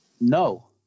No